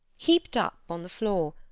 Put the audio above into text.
heaped up on the floor,